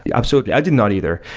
yeah absolutely i did not either.